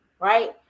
right